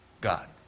God